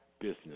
business